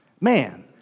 Man